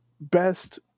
best